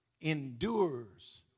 endures